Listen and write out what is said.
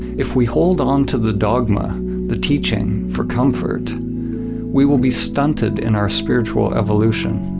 if we hold on to the dogma the teaching for comfort we will be stunted in our spiritual evolution.